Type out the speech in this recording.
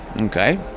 okay